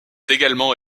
également